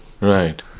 right